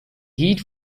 heat